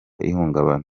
ihungabana